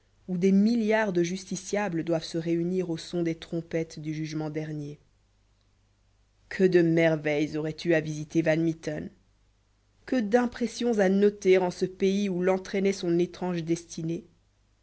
où des milliards de justiciables doivent se réunir au son des trompettes du jugement dernier que de merveilles aurait eu à visiter van mitten que d'impressions à noter en ce pays où l'entraînait son étrange destinée